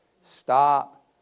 Stop